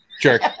jerk